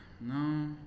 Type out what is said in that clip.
No